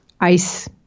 ice